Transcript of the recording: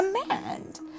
command